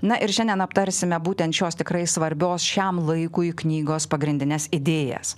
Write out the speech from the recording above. na ir šiandien aptarsime būtent šios tikrai svarbios šiam laikui knygos pagrindines idėjas